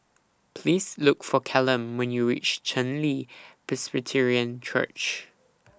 Please Look For Callum when YOU REACH Chen Li Presbyterian Church